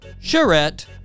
Charette